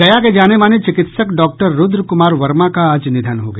गया के जाने माने चिकित्सक डॉक्टर रुद्र कुमार वर्मा का आज निधन हो गया